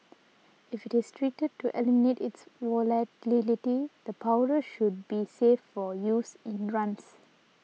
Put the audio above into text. if it is treated to eliminate its volatility the powder should be safe for use in runs